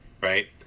right